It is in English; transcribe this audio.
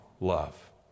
love